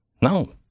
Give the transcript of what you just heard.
No